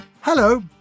Hello